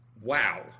Wow